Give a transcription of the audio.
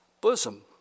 bosom